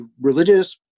religious